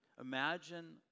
Imagine